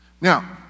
Now